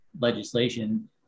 legislation